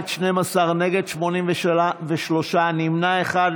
12, נגד, 83, נמנע אחד.